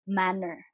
manner